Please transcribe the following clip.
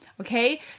Okay